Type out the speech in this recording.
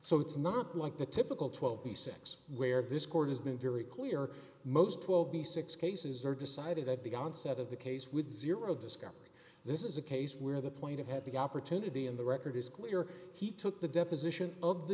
so it's not like the typical twelve the sex where this court has been very clear most twelve b six cases are decided at the onset of the case with zero discovery this is a case where the point of had the opportunity and the record is clear he took the deposition